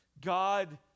God